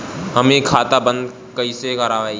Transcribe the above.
हम इ खाता बंद कइसे करवाई?